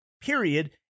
Period